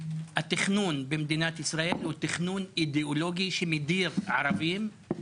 התכנון במדינת ישראל הוא תכנון אידיאולוגי שמדיר ערבים,